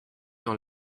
dans